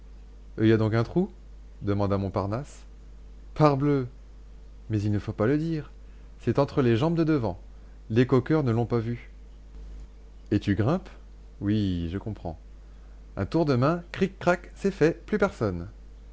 e y a donc un trou demanda montparnasse parbleu mais il ne faut pas le dire c'est entre les jambes de devant les coqueurs ne l'ont pas vu et tu grimpes oui je comprends un tour de main cric crac c'est fait plus personne